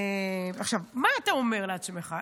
מה אתה אומר לעצמך?